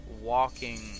walking